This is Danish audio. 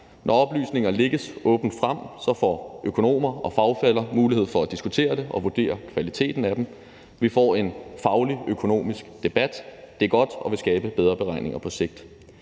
Når oplysninger lægges åbent frem, får økonomer og fagfæller mulighed for at diskutere det og vurdere kvaliteten af dem. Vi får en faglig økonomisk debat. Det er godt og vil skabe bedre beregninger på sigt.